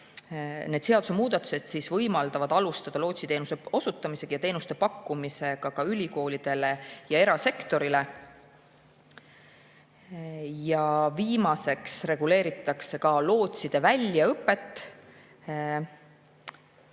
need seadusemuudatused võimaldavad alustada lootsiteenuse osutamist ja teenuste pakkumist ka ülikoolidele ja erasektorile. Ja viimaseks reguleeritakse ka lootside väljaõpet